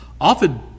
often